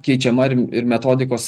keičiama ir ir metodikos